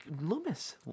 Loomis